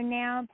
now